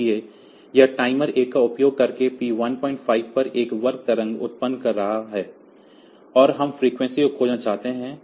इसलिए यह टाइमर 1 का उपयोग करके P15 पर एक वर्ग तरंग उत्पन्न कर रहा है और हम फ्रीक्वेंसी को खोजना चाहते हैं